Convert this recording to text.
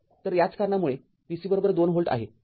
तर याचकारणामुळे v C २ volt आहे